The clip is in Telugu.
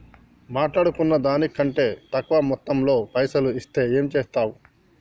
మాట్లాడుకున్న దాని కంటే తక్కువ మొత్తంలో పైసలు ఇస్తే ఏం చేత్తరు?